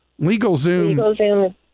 LegalZoom